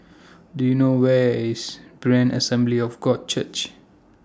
Do YOU know Where IS Berean Assembly of God Church